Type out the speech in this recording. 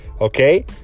okay